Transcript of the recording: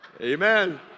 Amen